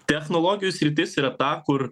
technologijų sritis yra ta kur